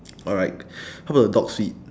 alright how about the dog's feet